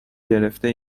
گرفته